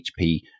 HP